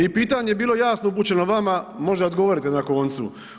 I pitanje je bilo jasno upućeno vama, možda odgovorite na koncu.